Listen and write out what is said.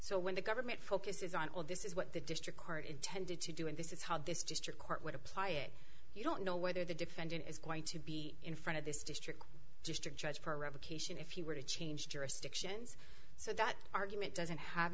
so when the government focuses on all this is what the district court intended to do and this is how this district court would apply it you don't know whether the defendant is going to be in front of this district district judge for revocation if you were to change jurisdictions so that argument doesn't have